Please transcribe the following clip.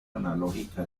analógica